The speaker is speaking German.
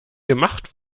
gemacht